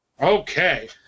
Okay